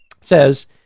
says